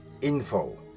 info